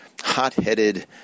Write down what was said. hot-headed